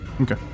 Okay